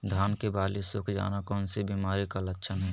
धान की बाली सुख जाना कौन सी बीमारी का लक्षण है?